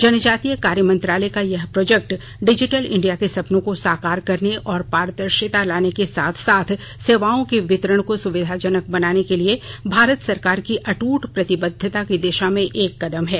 जनजातीय कार्य मंत्रालय का यह प्रोजेक्ट डिजिटल इंडिया के सपनों को साकार करने और पारदर्शिता लाने के साथ साथ सेवाओं के वितरण को सुविधाजनक बनाने के लिए भारत सरकार की अटूट प्रतिबद्धता की दिशा में एक कदम है